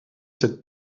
cette